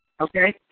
Okay